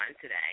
today